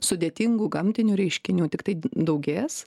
sudėtingų gamtinių reiškinių tiktai daugės